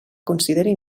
consideri